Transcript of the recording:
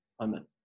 amen